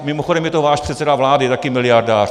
Mimochodem je to váš předseda vlády taky miliardář.